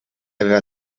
aveva